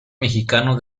mexicano